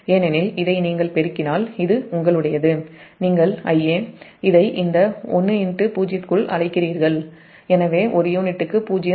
ஏனெனில் இதை நீங்கள் பெருக்கினால் இது உங்களுடையது நீங்கள் Ia இந்த 1 0க்குள்அழைக்கிறீர்கள் எனவே ஒரு யூனிட்டுக்கு 0